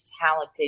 talented